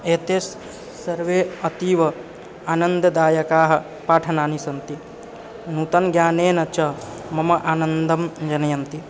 एतेस् सर्वे अतीव आनन्ददायकाः पाठनानि सन्ति नूतनज्ञानेन च मम आनन्दं जनयन्ति